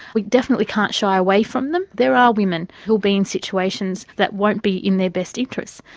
we definitely can't shy away from them. there are women who'll be in situations that won't be in their best interests,